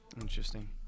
Interesting